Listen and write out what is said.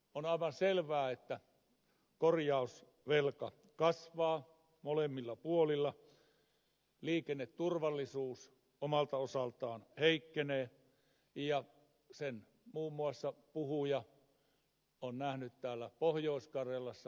on aivan selvää että korjausvelka kasvaa molemmilla puolilla liikenneturvallisuus omalta osaltaan heikkenee ja sen muun muassa puhuja on nähnyt pohjois karjalassa